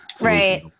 Right